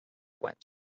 went